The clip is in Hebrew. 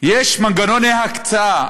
יש מנגנוני הקצאה.